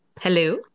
Hello